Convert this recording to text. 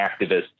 activists